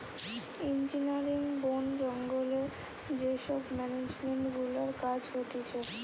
engineering, বোন জঙ্গলে যে সব মেনেজমেন্ট গুলার কাজ হতিছে